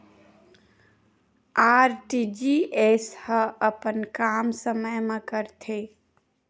RTGS ह अपन काम समय मा करथे?